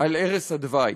על ערש דווי: